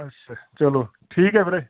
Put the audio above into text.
ਅੱਛਾ ਚਲੋ ਠੀਕ ਹੈ ਵੀਰੇ